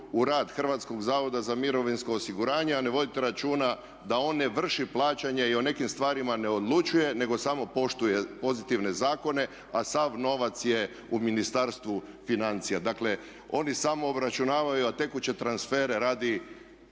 u rad HZMO-a a ne vodite računa da on ne vrši plaćanje i o nekim stvarima ne odlučuje nego samo poštuje pozitivne zakone a sav novac je u Ministarstvu financija. Dakle oni samo obračunavaju a tekuće transfere radi